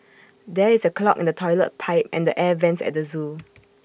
there is A clog in the Toilet Pipe and the air Vents at the Zoo